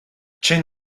ken